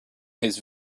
his